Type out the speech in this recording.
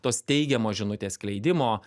tos teigiamos žinutės skleidimo